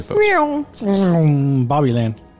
Bobbyland